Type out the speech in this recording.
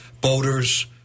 boaters